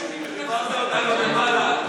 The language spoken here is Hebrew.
העברת אותנו למעלה.